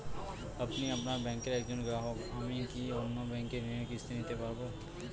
আমি আপনার ব্যাঙ্কের একজন গ্রাহক আমি কি অন্য ব্যাঙ্কে ঋণের কিস্তি দিতে পারবো?